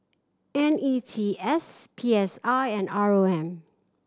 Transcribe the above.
N E T S P S I and R O M